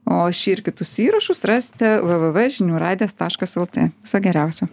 o šį ir kitus įrašus rasite v v v žinių radijas taškas lt viso geriausio